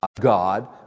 God